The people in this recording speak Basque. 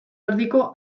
erdiko